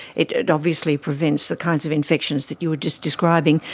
it it obviously prevents the kinds of infections that you were just describing,